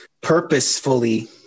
purposefully